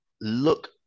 look